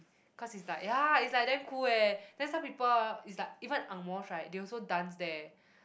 cause it's like ya it's like damn cool eh then some people ah it's like even angmohs right they also dance there